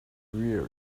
weary